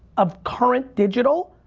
of current digital,